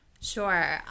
Sure